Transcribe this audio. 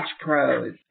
pros